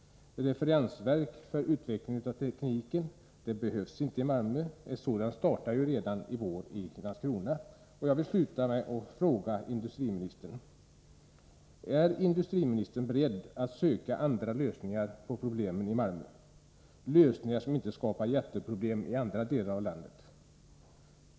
Något referensverk för utveckling av tekniken på detta område behövs inte i Malmö. Ett sådant projekt startas ju redan i vår i Landskrona. Avslutningsvis vill jag fråga: Är industriministern beredd att söka andra lösningar på problemen i Malmö, lösningar som inte skapar enorma problem i andra delar av landet?